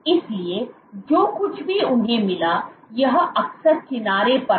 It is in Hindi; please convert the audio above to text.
इसलिए जो कुछ भी उन्हें मिला वह अक्सर किनारे पर था